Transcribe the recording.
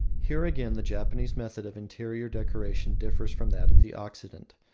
here again the japanese method of interior decoration differs from that of the occident,